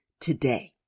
today